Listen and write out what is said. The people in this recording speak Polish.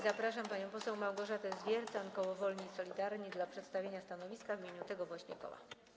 Zapraszam panią poseł Małgorzatę Zwiercan, koło Wolni i Solidarni, w celu przedstawienia stanowiska w imieniu tego właśnie koła.